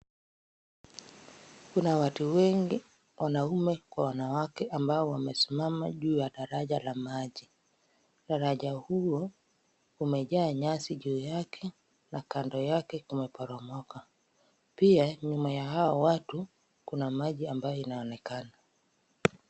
Kuna watu wengi wanaume kwa wanawake ambao wamesimama juu ya daraja la maji. Daraja huo umejaa nyasi juu yake na kando yake kumeporomoka. Pia, nyuma ya hao watu maji ambayo inaonekana.